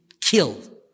killed